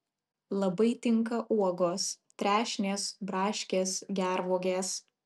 labai tinka uogos trešnės braškės gervuogės